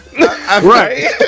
Right